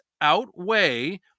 outweigh